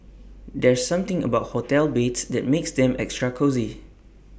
there's something about hotel beds that makes them extra cosy